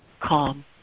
calm